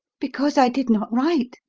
because i did not write?